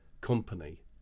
company